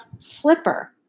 flipper